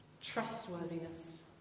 trustworthiness